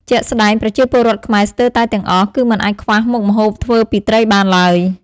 ជាក់ស្តែង ប្រជាពលរដ្ឋខ្មែរស្ទើរតែទាំងអស់ គឺមិនអាចខ្វះមុខម្ហូបធ្វើពីត្រីបានឡើយ។